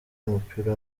w’umupira